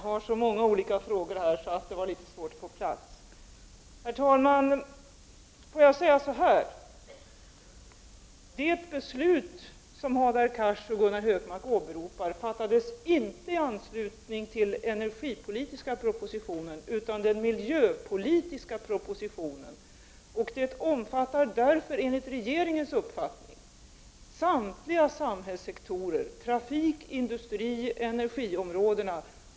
Herr talman! Det beslut som Hadar Cars och Gunnar Hökmark åberopar fattades inte i anslutning till den energipolitiska propositionen utan i anslutning till den miljöpolitiska propositionen. Det omfattar därför enligt rege ringens uppfattning samtliga samhällssektorer, trafik, industri, energiområdena.